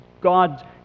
God